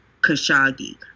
Khashoggi